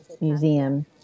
Museum